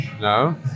no